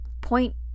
point